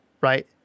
right